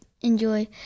enjoy